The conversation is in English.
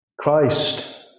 Christ